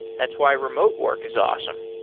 that's why remote work is awesome.